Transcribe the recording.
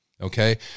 Okay